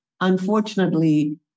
unfortunately